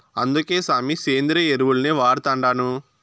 అందుకే సామీ, సేంద్రియ ఎరువుల్నే వాడతండాను